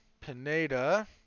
Pineda